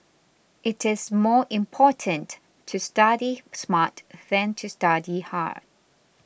it is more important to study smart than to study hard